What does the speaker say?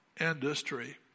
industry